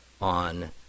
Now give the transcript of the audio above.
on